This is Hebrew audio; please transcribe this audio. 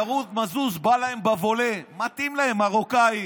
ירון מזוז בא להם בוולה, מתאים להם, מרוקאי,